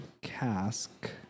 cask